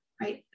right